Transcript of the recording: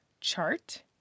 chart